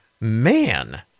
man